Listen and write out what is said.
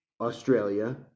Australia